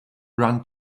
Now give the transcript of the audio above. run